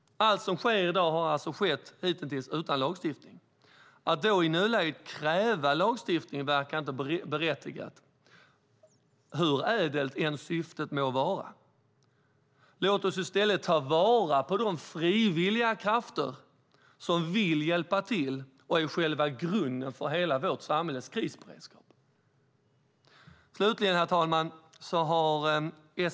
Allt som sker i dag har alltså hittills skett utan lagstiftning. Att då i nuläget kräva lagstiftning verkar inte berättigat, hur ädelt än syftet må vara. Låt oss i stället ta vara på de frivilliga krafter som vill hjälpa till och är själva grunden för hela vårt samhälles krisberedskap. Herr talman!